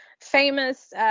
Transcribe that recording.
famous